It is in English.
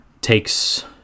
takes